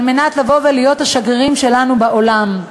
על מנת לבוא ולהיות השגרירים שלנו בעולם.